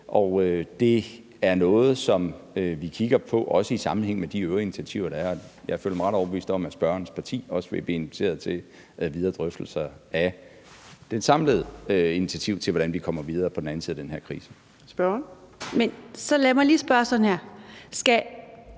og det er noget, som vi kigger på, også i sammenhæng med de øvrige initiativer, der er. Jeg føler mig ret overbevist om, at spørgerens parti også vil blive inviteret til videre drøftelser af de samlede initiativer til, hvordan vi kommer videre på den anden side af den her krise. Kl. 14:28 Fjerde næstformand